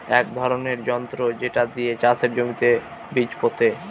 এক ধরনের যন্ত্র যেটা দিয়ে চাষের জমিতে বীজ পোতে